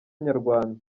nyarwanda